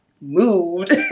moved